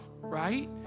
right